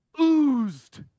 oozed